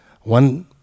one